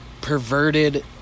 Perverted